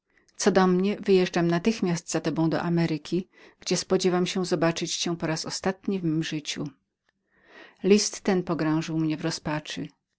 co do mnie wyjeżdżam natychmiast za tobą do ameryki gdzie spodziewam się widzieć cię po raz ostatni w mem życiu list ten pogrążył mnie w rozpaczy